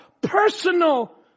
personal